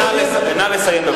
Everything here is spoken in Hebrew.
נא לסיים.